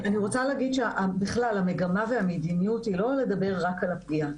אני רוצה להגיד שבכלל המגמה והמדיניות היא לא לדבר רק על הפגיעה,